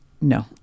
no